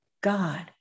God